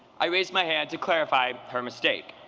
i raised my hand to clarify her mistake.